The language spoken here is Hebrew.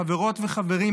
חברות וחברים,